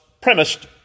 premised